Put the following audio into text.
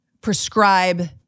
prescribe